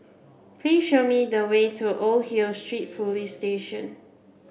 please show me the way to Old Hill Street Police Station